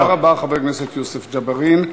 תודה רבה, חבר כנסת יוסף ג'בארין.